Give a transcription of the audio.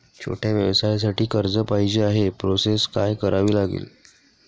छोट्या व्यवसायासाठी कर्ज पाहिजे आहे प्रोसेस काय करावी लागेल?